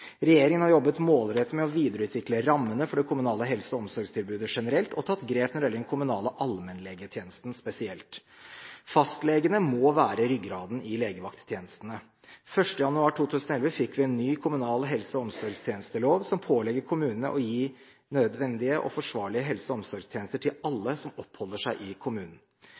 Regjeringen har jobbet målrettet med å videreutvikle rammene for det kommunale helse- og omsorgstilbudet generelt og tatt grep når det gjelder den kommunale allmennlegetjenesten spesielt. Fastlegene må være ryggraden i legevakttjenestene. 1. januar 2011 fikk vi en ny kommunal helse- og omsorgstjenestelov som pålegger kommunene å gi nødvendige og forsvarlige helse- og omsorgstjenester til alle som oppholder seg i kommunen.